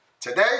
today